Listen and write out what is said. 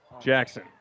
Jackson